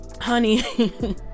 honey